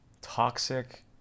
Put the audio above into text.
toxic